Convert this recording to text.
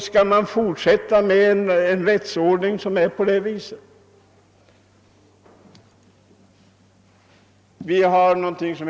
Skall vi hålla fast vid en sådan rättsordning?